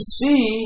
see